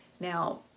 Now